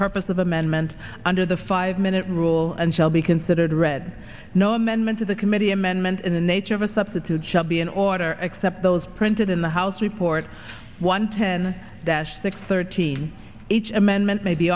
purpose of amendment under the five minute rule and shall be considered read no amendment to the committee amendment in the nature of a substitute shall be in order except those printed in the house report one ten dash six thirteen each amendment may be